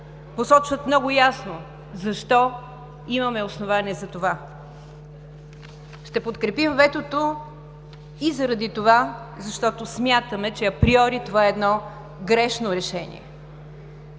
посочват много ясно защо имаме основание за това. Ще подкрепим ветото и заради това, защото, смятаме, че априори това е едно грешно решение.